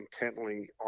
intently